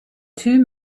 two